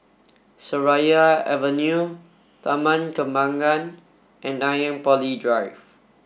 Seraya Avenue Taman Kembangan and Nanyang Poly Drive